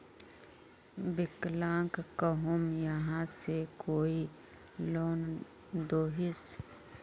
विकलांग कहुम यहाँ से कोई लोन दोहिस?